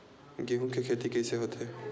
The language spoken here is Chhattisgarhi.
गेहूं के खेती कइसे होथे?